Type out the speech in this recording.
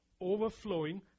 overflowing